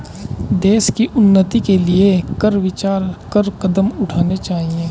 देश की उन्नति के लिए कर विचार कर कदम उठाने चाहिए